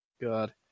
God